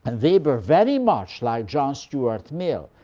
and very but very much like john stuart mill,